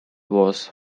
was